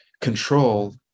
control